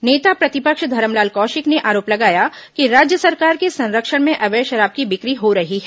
नेता प्रतिपक्ष धरमलाल कौशिक ने आरोप लगाया कि राज्य सरकार के संरक्षण में अवैध शराब की बिक्री हो रही है